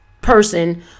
person